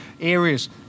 areas